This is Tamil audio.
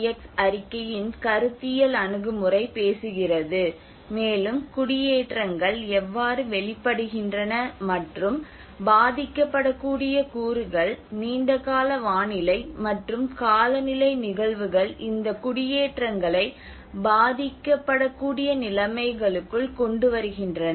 எக்ஸ் அறிக்கையின் கருத்தியல் அணுகுமுறை பேசுகிறது மேலும் குடியேற்றங்கள் எவ்வாறு வெளிப்படுகின்றன மற்றும் பாதிக்கப்படக்கூடிய கூறுகள் நீண்டகால வானிலை மற்றும் காலநிலை நிகழ்வுகள் இந்த குடியேற்றங்களை பாதிக்கப்படக்கூடிய நிலைமைகளுக்குள் கொண்டுவருகின்றன